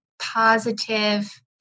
positive